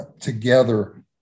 together